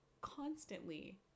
constantly